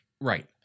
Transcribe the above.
Right